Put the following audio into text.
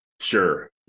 Sure